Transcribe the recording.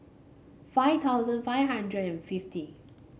five thousand five hundred and fifty